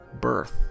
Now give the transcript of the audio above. Birth